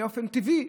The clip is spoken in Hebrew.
באופן טבעי,